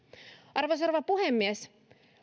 arvoisa rouva puhemies